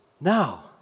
Now